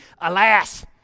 Alas